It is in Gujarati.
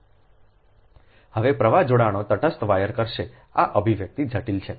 હવે પ્રવાહ જોડાણો તટસ્થ વાયર કરશે આ અભિવ્યક્તિ જટિલ છે